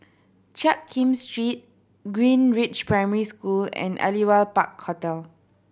Jiak Kim Street Greenridge Primary School and Aliwal Park Hotel